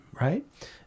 right